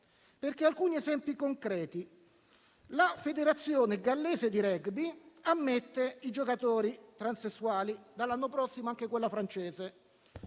sono alcuni esempi concreti: la federazione gallese di *rugby* ammette i giocatori transessuali, dall'anno prossimo anche quella francese.